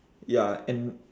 ya and